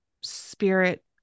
spirit